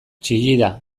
txillida